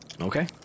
okay